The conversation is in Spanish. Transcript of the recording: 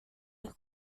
los